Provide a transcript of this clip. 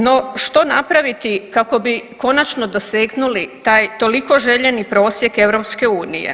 No, što napraviti kako bi konačno dosegnuli taj toliko željeni prosjek EU?